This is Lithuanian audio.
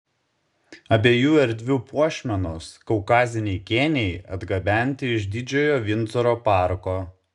abiejų erdvių puošmenos kaukaziniai kėniai atgabenti iš didžiojo vindzoro parko